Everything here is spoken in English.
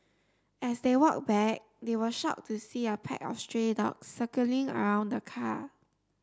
as they walked back they were shocked to see a pack of stray dogs circling around the car